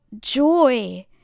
joy